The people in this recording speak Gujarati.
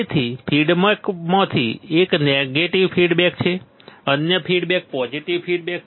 તેથી ફીડબેકમાંથી એક નેગેટિવ ફીડબેક છે અન્ય ફીડબેક પોઝિટિવ ફીડબેક છે